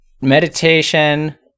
meditation